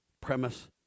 premise